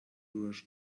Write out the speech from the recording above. rush